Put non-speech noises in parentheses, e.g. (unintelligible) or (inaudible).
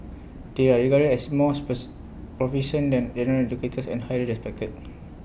they are regarded as more (unintelligible) proficient than general educators and highly respected